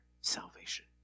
salvation